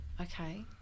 okay